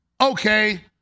okay